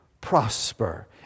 prosper